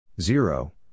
zero